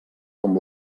com